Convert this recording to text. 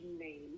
name